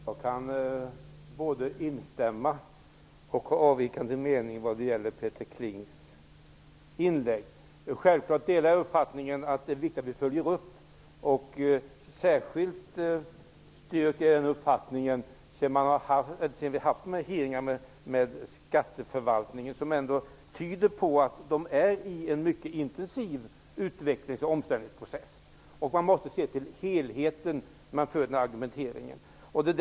Herr talman! Jag instämmer i vad som sades i Peter Klings anförande. Men jag kan också anmäla en avvikande mening. Självklart delar jag uppfattningen att det är viktigt att göra en uppföljning. Särskilt stöder jag den uppfattningen efter att ha lyssnat på de hearingar som vi har haft med skatteförvaltningen och som ändå tyder på att man befinner sig i en mycket intensiv utvecklingsoch omställningsprocess. Man måste se till helheten när man argumenterar i dessa frågor.